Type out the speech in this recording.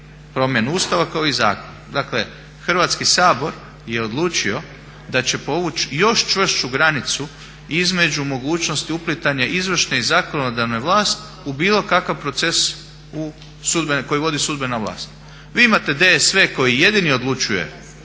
promjenu Ustava kao i zakon. dakle Hrvatski sabor je odlučio da će povući još čvršću granicu između mogućnosti uplitanja izvršne i zakonodavne vlasti u bilo kakav proces koji vodi sudbena vlast. Vi imate DSV koji jedini odlučuje